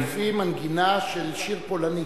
זה לפי מנגינה של שיר פולני.